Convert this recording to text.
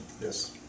Yes